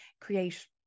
create